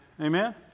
Amen